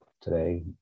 today